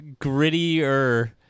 grittier